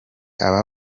aba